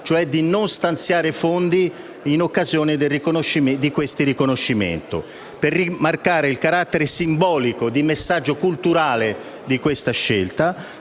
di non stanziare fondi in occasione di questo riconoscimento al fine di rimarcare il carattere simbolico e di messaggio culturale di tale scelta,